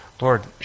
Lord